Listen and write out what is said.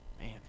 Man